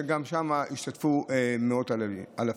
שגם שם השתתפו מאות אלפים.